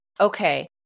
okay